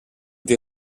des